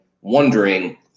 wondering